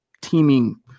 teaming